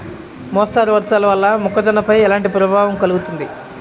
మోస్తరు వర్షాలు వల్ల మొక్కజొన్నపై ఎలాంటి ప్రభావం కలుగుతుంది?